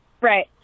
Right